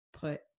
put